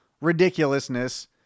ridiculousness